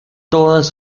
todas